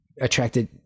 attracted